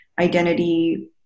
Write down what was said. identity